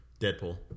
Deadpool